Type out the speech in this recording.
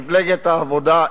מפלגת העבודה,